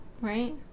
right